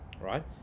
right